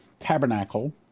tabernacle